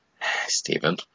Stephen